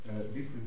different